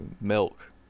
milk